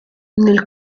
nel